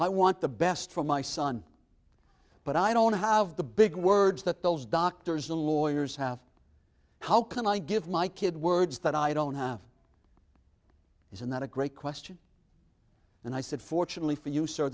i want the best for my son but i don't have the big words that those doctors and lawyers have how can i give my kid words that i don't have isn't that a great question and i said fortunately for you s